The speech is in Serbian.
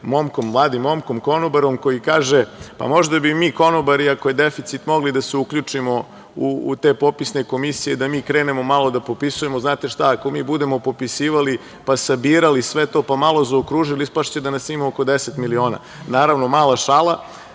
momkom, mladim momkom konobarom, koji kaže – ako je deficit, možda bi i mi, konobari, mogli da se uključimo u te popisne komisije, da mi krenemo malo da popisujemo. Znate šta, ako mi budemo popisivali, pa sabirali sve to, pa malo zaokružili, ispašće da nas ima oko 10 miliona. Naravno, mala šala.